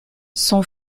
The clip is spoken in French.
son